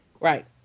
Right